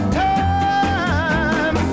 time